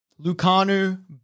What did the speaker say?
Lucanu